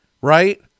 Right